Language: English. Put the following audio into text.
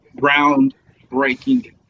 groundbreaking